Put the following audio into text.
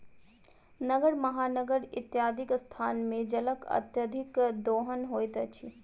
नगर, महानगर इत्यादिक स्थान मे जलक अत्यधिक दोहन होइत अछि